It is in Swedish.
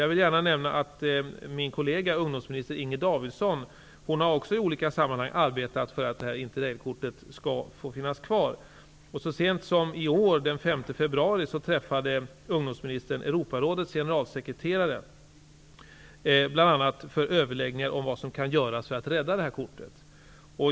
Jag vill gärna nämna att även min kollega ungdomsminister Inger Davidson i olika sammanhang har arbetat för att för överläggningar om vad som kan göras för att rädda kortet.